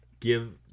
give